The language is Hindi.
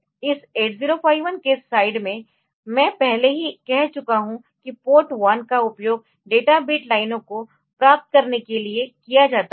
इस 8051 के साइड में मैं पहले ही कह चुका हूँ कि पोर्ट 1 का उपयोग डेटा बिट लाइनों को प्राप्त करने के लिए किया जाता है